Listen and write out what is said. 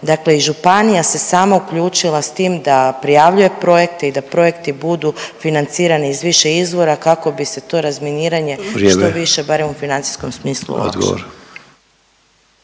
Dakle i županija se sama uključila s tim da prijavljuje projekti i da projekti budu financirani iz više izvora, kako bi se to razminiranje što više, barem .../Upadica: Vrijeme./...